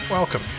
Welcome